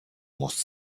most